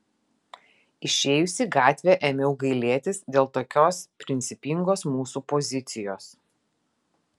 išėjus į gatvę ėmiau gailėtis dėl tokios principingos mūsų pozicijos